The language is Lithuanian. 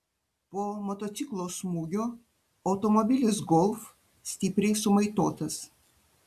po motociklo smūgio automobilis golf stipriai sumaitotas